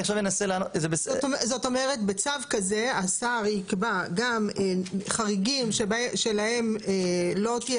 זאת אומרת בצו כזה השר יקבע גם חריגים שלהם לא תהיה